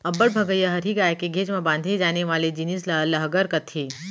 अब्बड़ भगइया हरही गाय के घेंच म बांधे जाने वाले जिनिस ल लहँगर कथें